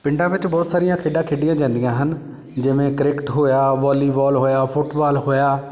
ਪਿੰਡਾਂ ਵਿੱਚ ਬਹੁਤ ਸਾਰੀਆਂ ਖੇਡਾਂ ਖੇਡੀਆਂ ਜਾਂਦੀਆਂ ਹਨ ਜਿਵੇਂ ਕ੍ਰਿਕਟ ਹੋਇਆ ਵੋਲੀਬੋਲ ਹੋਇਆ ਫੁੱਟਬਾਲ ਹੋਇਆ